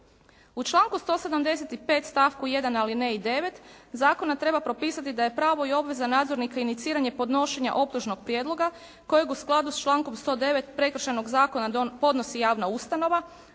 U članku 175. stavku 1., ali ne i 9., zakona treba propisati da je pravo i obveza nadzornika iniciranje podnošenja optužnog prijedloga kojeg u skladu s člankom 109. Prekršajnog zakona podnosi javna ustanova,